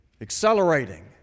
accelerating